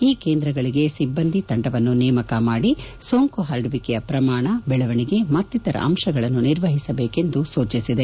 ಈ ಕೇಂದ್ರಗಳಗೆ ಸಿಬ್ಬಂದಿ ತಂಡವನ್ನು ನೇಮಕ ಮಾಡಿ ಸೋಂಕು ಹರಡುವಿಕೆಯ ಪ್ರಮಾಣ ಬೆಳವಣಿಗೆ ಮತ್ತಿತರರ ಅಂಶಗಳನ್ನು ನಿರ್ವಹಿಸಬೇಕು ಎಂದು ಸೂಚಿಸಿದೆ